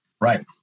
Right